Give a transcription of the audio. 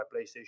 playstation